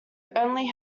only